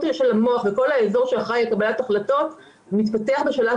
של המוח ועל האזור שאחראי על קבלת החלטות מתפתח בשלב